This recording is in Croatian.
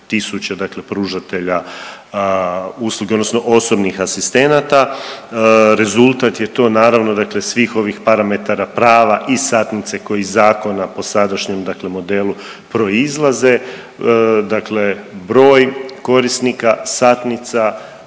negdje 7.000 pružatelja usluga odnosno osobnih asistenata. Rezultat je to naravno dakle svih ovih parametara prava i satnice koji iz zakona po sadašnjem modelu proizlaze. Dakle, broj korisnika, satnica